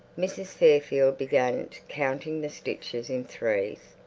mrs. fairfield began counting the stitches in threes.